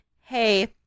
hey